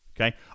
okay